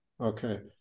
okay